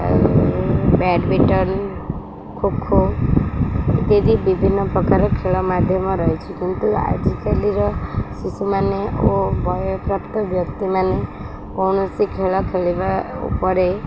ଆଉ ବ୍ୟାଡ଼ମିଣ୍ଟନ୍ ଖୋଖୋ ଇତ୍ୟାଦି ବିଭିନ୍ନ ପ୍ରକାର ଖେଳ ମାଧ୍ୟମ ରହିଛି କିନ୍ତୁ ଆଜିକାଲିର ଶିଶୁମାନେ ଓ ବୟପ୍ରାପ୍ତ ବ୍ୟକ୍ତିମାନେ କୌଣସି ଖେଳ ଖେଳିବା ଉପରେ